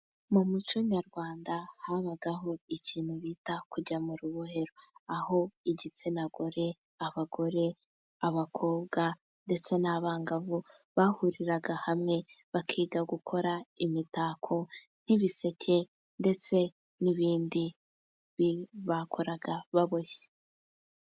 Mu muco Nyarwanda habagaho ikintu bita kujya mu rubohero . Aho igitsina gore , abagore abakobwa ndetse n'abangavu , bahuriraga hamwe bakiga gukora imitako nk'ibiseke ndetse n'ibindi bakoraga baboshye.